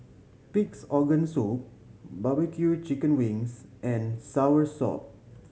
Pig's Organ Soup barbecue chicken wings and soursop